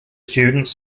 students